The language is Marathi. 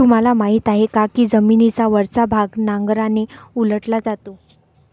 तुम्हाला माहीत आहे का की जमिनीचा वरचा भाग नांगराने उलटला जातो?